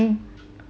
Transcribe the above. mm